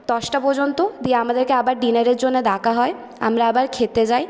দশটা পর্যন্ত দিয়ে আমাদেরকে আবার ডিনারের জন্য ডাকা হয় আমরা আবার খেতে যাই